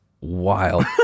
wild